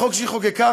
בחוק שחוקקה,